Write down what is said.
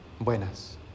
buenas